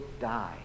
die